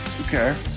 Okay